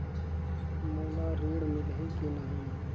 मोला ऋण मिलही की नहीं?